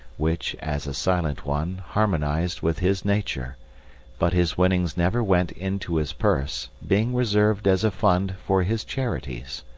which, as a silent one, harmonised with his nature but his winnings never went into his purse, being reserved as a fund for his charities.